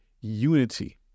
unity